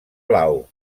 blau